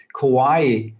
Kauai